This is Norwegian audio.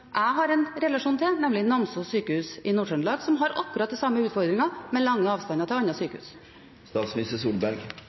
jeg har en relasjon til, nemlig Namsos sykehus i Nord-Trøndelag, som har akkurat den samme utfordringen med lange avstander til andre sykehus?